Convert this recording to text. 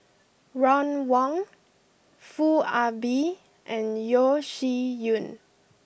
Ron Wong Foo Ah Bee and Yeo Shih Yun